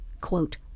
quote